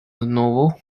novel